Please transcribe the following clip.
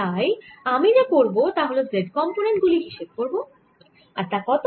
তাই আমি যা করব তা হল z কম্পোনেন্ট গুলি হিসেব করব আর তা কত